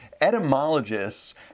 etymologists